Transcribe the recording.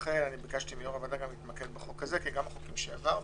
לכן ביקשתי מיו"ר הוועדה גם להתמקד בחוק הזה כי גם החוקים שהעברנו,